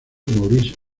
maurice